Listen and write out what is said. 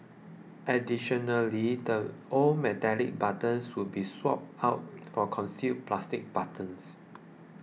additionally the old metallic buttons will be swapped out for concealed plastic buttons